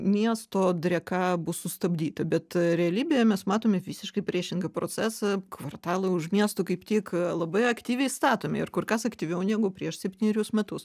miesto drėka bus sustabdyta bet realybėje mes matome visiškai priešingą procesą kvartalai už miesto kaip tik labai aktyviai statomi ir kur kas aktyviau negu prieš septynerius metus